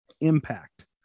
impact